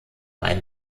ein